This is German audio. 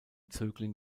zögling